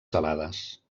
salades